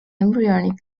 embryonic